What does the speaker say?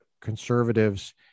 conservatives